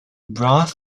broth